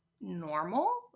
normal